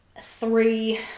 three